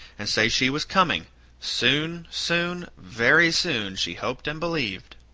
and say she was coming soon, soon, very soon, she hoped and believed